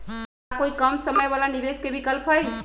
का कोई कम समय वाला निवेस के विकल्प हई?